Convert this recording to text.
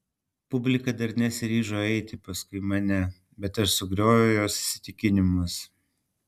publika dar nesiryžo eiti paskui mane bet aš sugrioviau jos įsitikinimus